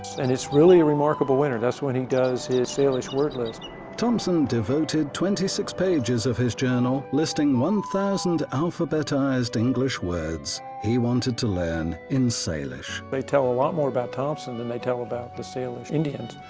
and it's really a remarkable winter, that's when he does his salish word list thompson devoted twenty six pages of his journal listing one thousand alphabetized english words he wanted to learn in salish. they tell a lot more about thompson than they tell about the salish indians.